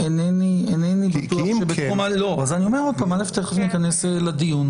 תכף ניכנס לדיון.